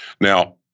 Now